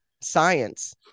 science